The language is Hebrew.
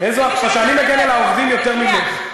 אני מגן על העובדים יותר ממך,